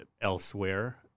elsewhere